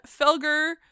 Felger